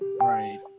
Right